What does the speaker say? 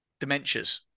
dementias